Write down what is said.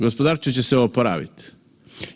Gospodarstvo će se oporaviti.